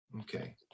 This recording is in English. Okay